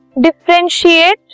Differentiate